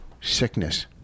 sickness